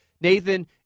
Nathan